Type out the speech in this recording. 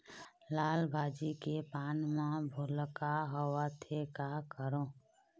लाल भाजी के पान म भूलका होवथे, का करों?